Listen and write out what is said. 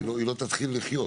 היא לא תתחיל לחיות.